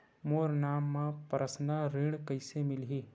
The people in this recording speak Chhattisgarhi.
मोर नाम म परसनल ऋण कइसे मिलही?